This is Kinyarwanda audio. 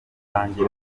zanjye